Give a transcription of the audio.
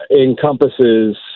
encompasses